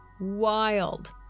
wild